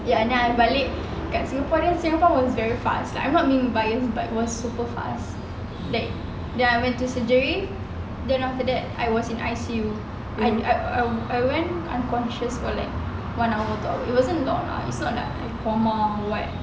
ya then I balik kat singapore then singapore was very fast I'm not being biased but was super fast like then I went to surgery then after that I was in I_C_U I I I went unconscious for like one hour two hour it wasn't long ah it's not coma or what